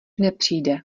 nepřijde